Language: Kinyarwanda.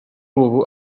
ubu